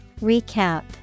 Recap